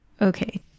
Okay